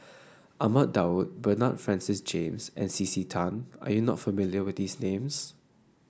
Ahmad Daud Bernard Francis James and C C Tan are you not familiar with these names